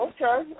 Okay